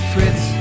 Fritz